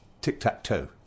tic-tac-toe